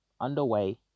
underway